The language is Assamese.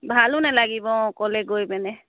ভালো নালাগিব অঁ অকলে গৈ পেনে